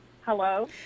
Hello